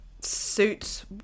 suits